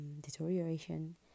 deterioration